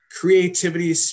creativity